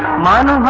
mon ah